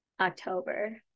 october